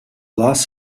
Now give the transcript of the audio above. loss